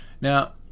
Now